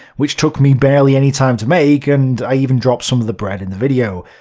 which took me barely any time to make, and i even dropped some of the bread in the video.